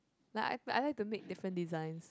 like I I like to make different designs